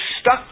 stuck